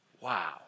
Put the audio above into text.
Wow